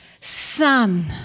Son